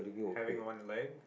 having one leg